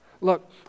Look